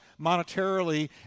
monetarily